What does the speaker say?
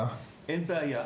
אין בעיה,